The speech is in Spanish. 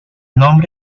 nombre